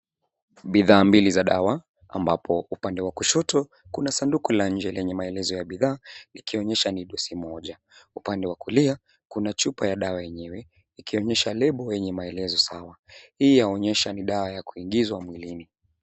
Bidhaa mbili za dawa ,ambapo upande wa kushoto kuna sanduku la nje lenye maelezo ya bidhaa, likionyesha ni dosi moja. Upande wa kulia kuna chupa ya dawa yenyewe ikionyesha lebo yenye maelezo sawa. Hii yaonyesha ni dawa ya kuingizwa mwilini.